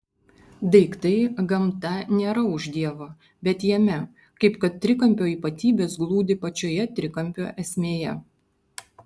daiktai gamta nėra už dievo bet jame kaip kad trikampio ypatybės glūdi pačioje trikampio esmėje